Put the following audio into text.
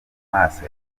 maso